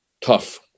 tough